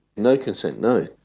no consent, no.